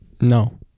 No